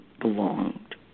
belonged